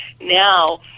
now